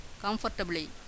comfortably